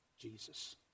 Jesus